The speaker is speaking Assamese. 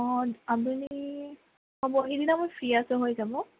অঁ আবেলি সেইদিনালৈ হ'ব সেইদিনা মই ফ্ৰি আছোঁ হৈ যাব